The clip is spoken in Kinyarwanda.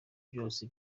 byose